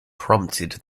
prompted